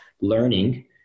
learning